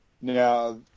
Now